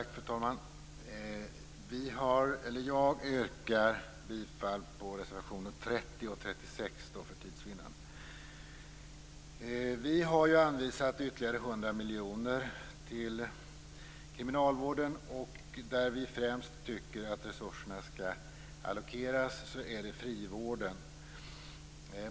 Fru talman! Jag yrkar bifall till reservationerna 30 Vi har anvisat ytterligare 100 miljoner till kriminalvården, och vi anser att resurserna främst skall allokeras till frivården.